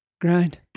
grind